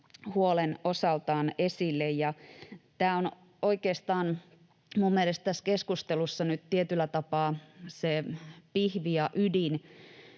huolen osaltaan esille. Ja tämä on oikeastaan minun mielestäni tässä keskustelussa nyt tietyllä tapaa se pihvi ja ydin,